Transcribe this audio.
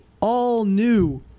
all-new